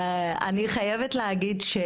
אני חייבת להגיד